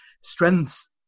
strengths